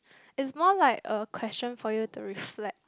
is more like a question for you to reflect